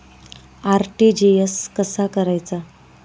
RTGS कसा करायचा?